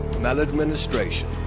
maladministration